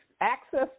access